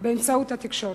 באמצעות התקשורת.